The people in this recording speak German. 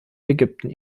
ägypten